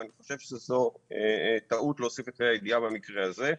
ואני חושב שזו טעות להוסיף את ה' הידיעה במקרה הזה.